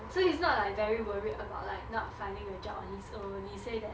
so he's not like very worried about like not finding a job on his own he said that